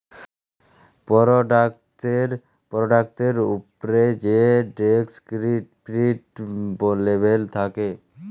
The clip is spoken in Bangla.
পরডাক্টের উপ্রে যে ডেসকিরিপ্টিভ লেবেল থ্যাকে